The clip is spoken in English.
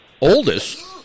oldest